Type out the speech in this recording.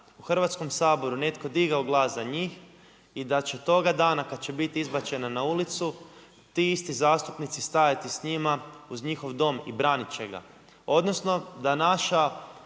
u Hrvatskom saboru netko digao glas za njih i da će toga dana kada će biti izbačena na ulicu ti isti zastupnici stajati sa njima uz njihov dom i branit će ga,